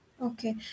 Okay